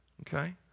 okay